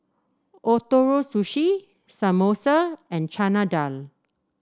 Ootoro Sushi Samosa and Chana Dal